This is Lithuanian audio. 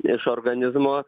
iš organizmo